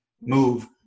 move